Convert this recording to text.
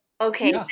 Okay